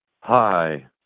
Hi